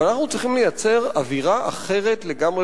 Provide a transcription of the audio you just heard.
אבל אנחנו צריכים לייצר אווירה אחרת לגמרי